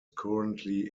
currently